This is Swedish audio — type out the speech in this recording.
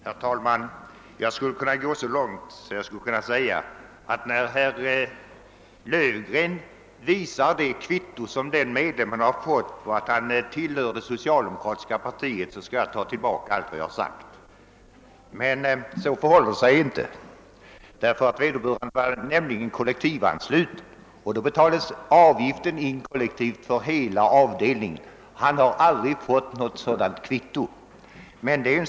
Herr talman! Jag skulle kunna gå så långt att jag säger att jag skall ta tillbaka allt vad jag här har sagt när herr Löfgren visar kvittot som denne med lem har fått på att han tillhör det socialdemokratiska partiet. Vederbörande var kollektivansluten, och då betalas avgiften in kollektivt för hela avdelningen. Han har alltså aldrig fått något sådant kvitto.